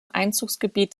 einzugsgebiet